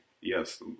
Yes